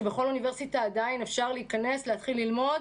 שבמסגרתה בכל אוניברסיטה עדיין אפשר להתחיל ללמוד,